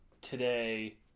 today